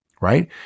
right